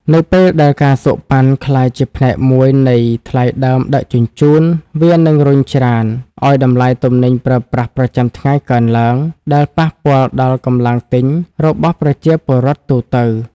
នៅពេលដែល ការសូកប៉ាន់ ក្លាយជាផ្នែកមួយនៃថ្លៃដើមដឹកជញ្ជូន វានឹងរុញច្រានឱ្យតម្លៃទំនិញប្រើប្រាស់ប្រចាំថ្ងៃកើនឡើង ដែលប៉ះពាល់ដល់កម្លាំងទិញរបស់ប្រជាពលរដ្ឋទូទៅ។